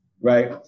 Right